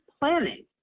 planning